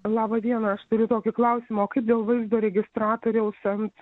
laba diena aš turiu tokį klausimą o kaip dėl vaizdo registratoriaus ant